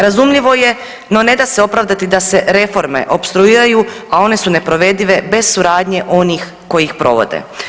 Razumljivo je no ne da se opravdati da se reforme opstruiraju, a one su neprovedive bez suradnje onih koji ih provode.